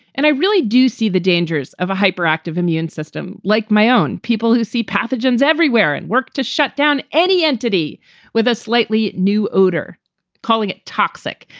and i really do see the dangers of a hyperactive immune system like my own people who see pathogens everywhere and work to shut down any entity with a slightly new odor calling it toxic.